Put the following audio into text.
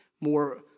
more